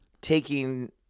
taking